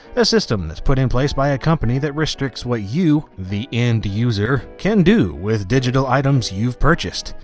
a system that's put in place by a company that restricts what you, the end user, can do with digital items you've purchased.